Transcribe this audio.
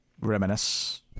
reminisce